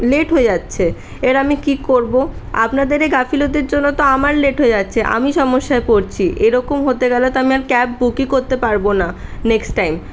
late হয়ে যাচ্ছে এর আমি কি করবো আপনাদের এই গাফিলতির জন্য তো আমার লেট হয়ে যাচ্ছে আমি সমস্যায় পড়ছি এরকম হতে গেলে তো আমি আর ক্যাব বুকই করতে পারবো না নেক্সট টাইম